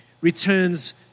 returns